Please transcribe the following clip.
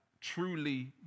truly